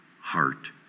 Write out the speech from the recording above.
heart